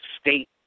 state